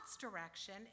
direction